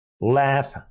Laugh